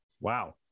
Wow